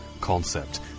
concept